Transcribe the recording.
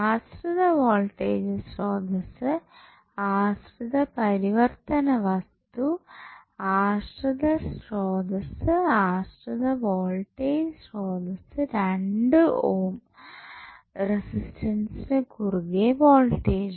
ആശ്രിത വോൾടേജ് സ്രോതസ്സ് ആശ്രിത പരിവർത്തന വസ്തു ആശ്രിത സ്രോതസ്സ് ആശ്രിത വോൾടേജ് സ്രോതസ്സ് 2 ഓം റെസിസ്റ്റൻസിനു കുറുകെ വോൾടേജ്